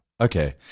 Okay